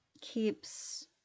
keeps